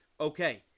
Okay